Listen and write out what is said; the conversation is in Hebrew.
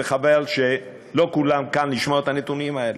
וחבל שלא כולם כאן לשמוע את הנתונים האלה: